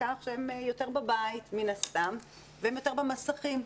לכך שהילדים יותר בבית והם יותר במסכים.